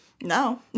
No